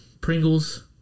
Pringles